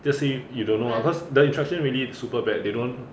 just say you don't know lah cause the instruction really super bad they don't